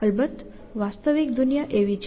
અલબત્ત વાસ્તવિક દુનિયા એવી છે